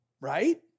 Right